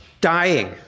dying